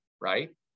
right